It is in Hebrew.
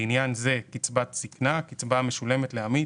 לעניין זה "קצבת זקנה" קצבה המשולמת לעמית